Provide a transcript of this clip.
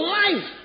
life